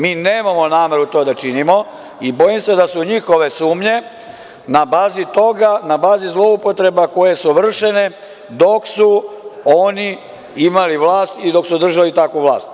Mi nemamo nameru to da činimo i bojim se da su njihove sumnje na bazi zloupotreba koje su vršene dok su oni imali vlast i držali takvu vlast.